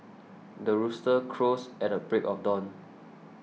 the rooster crows at the break of dawn